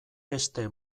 heste